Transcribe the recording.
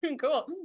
cool